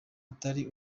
atari